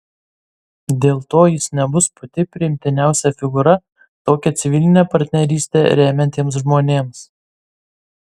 dėl to jis nebus pati priimtiniausia figūra tokią civilinę partnerystę remiantiems žmonėms